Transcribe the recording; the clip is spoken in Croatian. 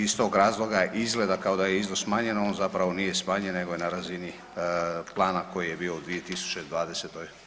Iz tog razloga izgleda kao da je iznos smanjen, a on zapravo nije smanjen nego je na razini plana koji je bio 2020. g.